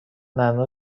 نعنا